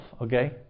okay